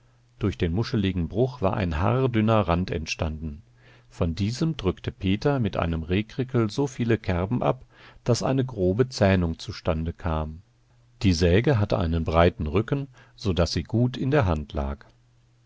durch den muscheligen bruch war ein haardünner rand entstanden von diesem drückte peter mit einem rehkrickel so viele kerben ab daß eine grobe zähnung zustande kam die säge hatte einen breiten rücken so daß sie gut in der hand lag